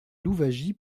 louwagie